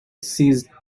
ceased